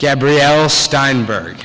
gabrielle steinberg